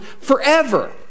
forever